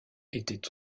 était